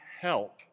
help